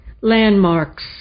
landmarks